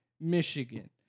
Michigan